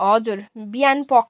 हजुर बिहानीपख